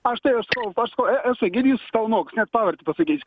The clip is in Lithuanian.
aš tai aš sakau paskui e esu egidijus kalnoks net pavardę pasakysiu